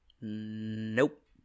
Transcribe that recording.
Nope